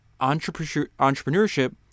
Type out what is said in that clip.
Entrepreneurship